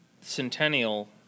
Centennial